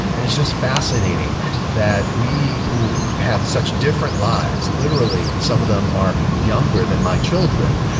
and it's just fascinating that we, who have such different lives, literally, some of them are younger than my children,